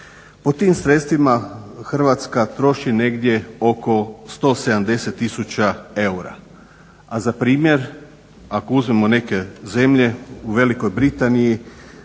Po tim sredstvima Hrvatska troši negdje oko 170 tisuća eura, a za primjer ako uzmemo neke zemlje u Velikoj Britaniji